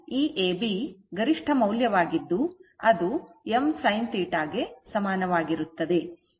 ಮತ್ತು ಈ AB ಗರಿಷ್ಠ ಮೌಲ್ಯವಾಗಿದ್ದು ಅದು m sin θ ಗೆ ಸಮಾನವಾಗಿರುತ್ತದೆ